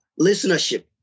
listenership